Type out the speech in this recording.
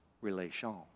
relation